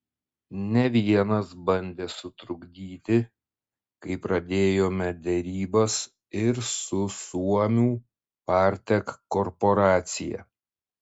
ne vienas bandė sutrukdyti kai pradėjome derybas ir su suomių partek korporacija